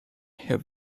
herr